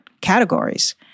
categories